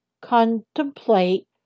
contemplate